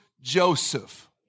Joseph